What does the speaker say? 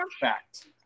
fact